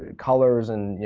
colors and, you